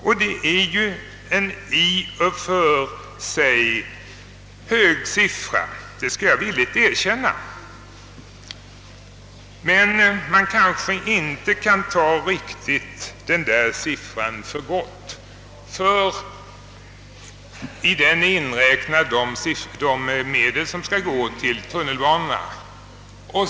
Jag skall villigt erkänna att detta i och för sig är en hög siffra. Men man kan kanske inte godta den utan vidare, ty däri inräknas medlen för tunnelbanebyggandet.